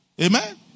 Amen